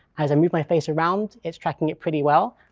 as i move my face around, it's tracking it pretty well,